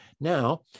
Now